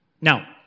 Now